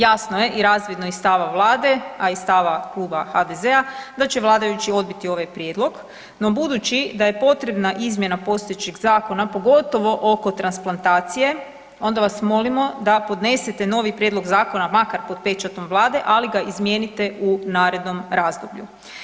Jasno je i razvidno iz stava Vlade, a i iz stava kluba HDZ-a da će vladajući odbiti ovaj prijedlog no budući da je potrebna izmjena postojećeg zakona, pogotovo oko transplantacije, onda vas molimo da podnesete novi prijedlog zakona makar pod pečatom Vlade ali ga izmijenite u narednom razdoblju.